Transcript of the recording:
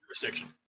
Jurisdiction